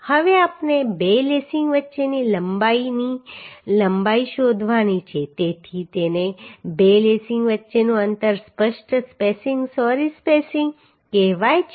હવે આપણે બે લેસીંગ વચ્ચેની લંબાઈની લંબાઈ શોધવાની છે તેથી તેને બે લેસીંગ વચ્ચેનું અંતર સ્પષ્ટ સ્પેસિંગ સોરી સ્પેસિંગ કહેવાય છે